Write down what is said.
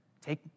take